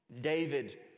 David